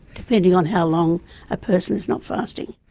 depending on how long a person's not fasting.